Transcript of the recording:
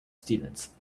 students